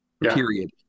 period